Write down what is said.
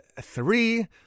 three